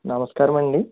నమస్కారం అండి